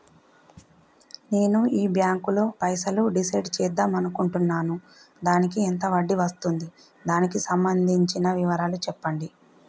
నేను ఈ బ్యాంకులో పైసలు డిసైడ్ చేద్దాం అనుకుంటున్నాను దానికి ఎంత వడ్డీ వస్తుంది దానికి సంబంధించిన వివరాలు చెప్పండి?